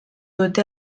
dute